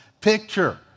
picture